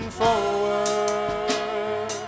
forward